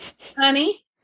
honey